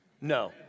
No